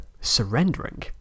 surrendering